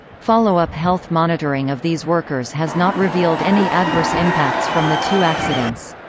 follow-up health monitoring of these workers has not revealed any adverse impacts from the two accidents.